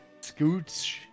Scoots